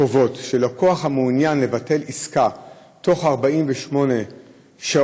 קובעות שלקוח המבקש לבטל עסקה בתוך 48 שעות